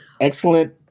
excellent